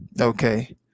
Okay